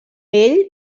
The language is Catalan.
ell